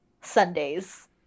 Sundays